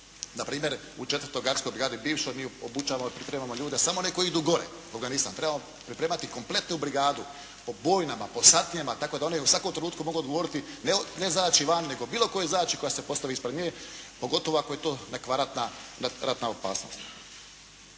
Na primjer u 4. gardijskoj brigadi bivšoj mi obučavamo, pripremamo ljude samo one koji idu gore, u Afganistan. Trebamo pripremati kompletnu brigadu po bojnama, po satnijama tako da one u svakom trenutku mogu odgovoriti ne zadaći vani, nego bilo kojoj zadaći koja se postavi ispred nje, pogotovo ako je to neka ratna opasnost.